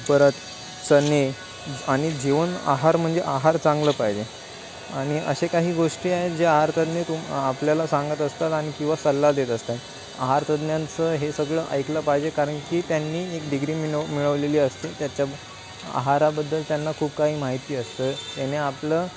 परत सने आणि जीवन आहार म्हणजे आहार चांगलं पाहिजे आणि अशे काही गोष्टी आहेत जे आहारतज्ञ तुम आपल्याला सांगत असतात आणि किंवा सल्ला देत असतात आहारतज्ञांचं हे सगळं ऐकलं पाहिजे कारण की त्यांनी एक डिग्री मिनव मिळवलेली असते त्याच्या आहाराबद्दल त्यांना खूप काही माहिती असतं येणे आपलं